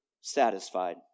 satisfied